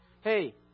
Hey